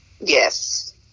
Yes